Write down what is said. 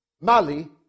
Mali